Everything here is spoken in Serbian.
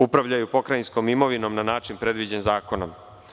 Upravljaju pokrajinskom imovinom na način predviđen zakonom.